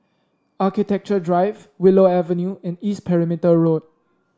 Architecture Drive Willow Avenue and East Perimeter Road